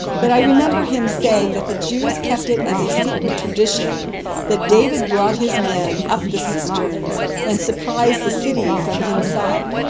but i remember him saying that the jews kept it as a secret tradition that david brought his men up the cisterns and surprised the city from inside.